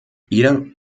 jeder